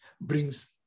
brings